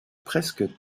presque